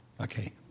Okay